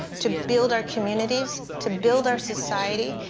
to build our communities, to build our society.